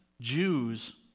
Jews